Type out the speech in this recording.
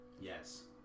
yes